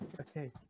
okay